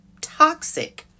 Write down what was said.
toxic